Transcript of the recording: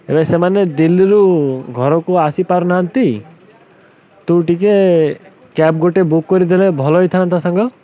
ଏବେ ସେମାନେ ଦିଲ୍ଲୀରୁ ଘରକୁ ଆସିପାରୁନାହାନ୍ତି ତୁ ଟିକେ କ୍ୟାବ୍ ଗୋଟେ ବୁକ୍ କରିଦେଲେ ଭଲ ହେଇଥାନ୍ତା ସାଙ୍ଗ